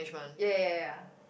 ya ya ya ya